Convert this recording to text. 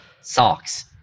socks